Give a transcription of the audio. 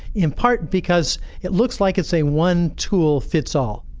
in part, because it looks like it's a one tool fits all.